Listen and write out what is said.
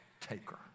taker